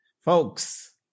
Folks